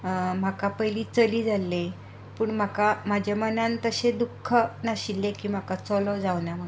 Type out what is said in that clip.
म्हाका पयली चली जाल्लें पूण म्हाका म्हज्या मनांत तशें दुख्ख नाशिल्लें की म्हाका चलो जावंक ना म्हणून